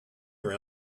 your